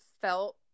felt